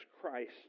Christ